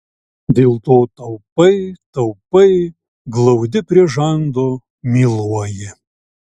dėl to taupai taupai glaudi prie žando myluoji